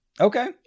Okay